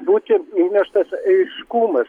būti įneštas aiškumas